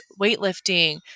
weightlifting